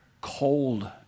cold